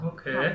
Okay